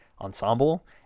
ensemble